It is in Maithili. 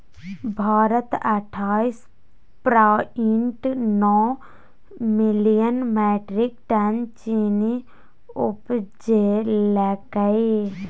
भारत अट्ठाइस पॉइंट नो मिलियन मैट्रिक टन चीन्नी उपजेलकै